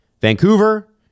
Vancouver